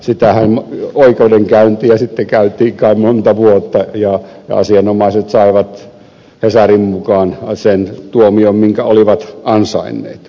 sitä oikeudenkäyntiähän sitten käytiin kai monta vuotta ja asianomaiset saivat hesarin mukaan sen tuomion minkä olivat ansainneet